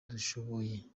dushoboye